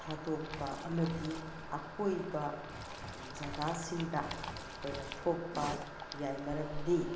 ꯊꯥꯗꯣꯛꯄ ꯑꯃꯗꯤ ꯑꯀꯣꯏꯕ ꯖꯒꯥꯁꯤꯡꯗ ꯑꯩꯈꯣꯏꯅ ꯊꯣꯛꯄ ꯌꯥꯏ ꯃꯔꯝꯗꯤ